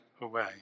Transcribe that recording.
away